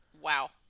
Wow